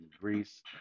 Greece